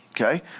Okay